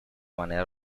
manera